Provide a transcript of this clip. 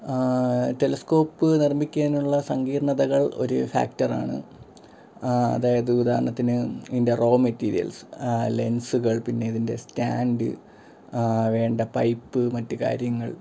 telescope നിർമിക്കാനുള്ള സങ്കീർണതകൾ ഒരു ഫാക്റ്ററാണ് അതായത് ഉദാഹരണത്തിന് ഇതിൻ്റെ റോ മെറ്റീരിയൽസ് ലെൻസുകൾ പിന്നെ ഇതിൻ്റെ സ്റ്റാൻഡ് വേണ്ട പൈപ്പ് മറ്റു കാര്യങ്ങൾ